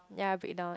ya break down